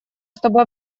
чтобы